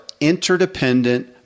interdependent